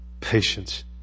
patience